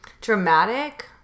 dramatic